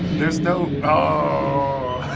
there's no oh!